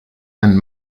and